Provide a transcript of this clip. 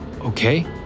Okay